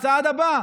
הצעד הבא,